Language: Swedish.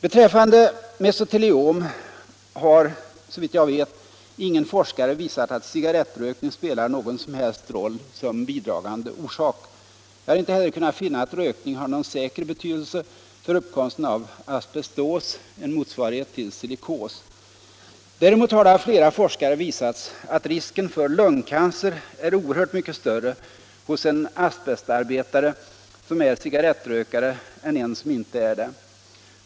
Beträffande mesoteliom har, såvitt jag vet, ingen forskare visat att cigarrettrökning spelar någon som helst roll som bidragande orsak. Jag har inte heller kunnat finna att rökning har någon säker betydelse för uppkomsten av asbestos, en motsvarighet till silikos. Däremot har det av flera forskare visats att risken för lungcancer är oerhört mycket större hos en asbestarbetare som är cigarrettrökare än hos en som inte är det.